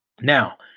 Now